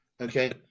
Okay